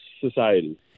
society